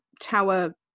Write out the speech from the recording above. tower